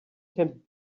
can